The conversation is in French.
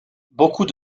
beaucoup